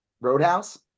roadhouse